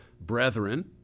brethren